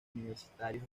universitario